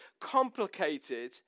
complicated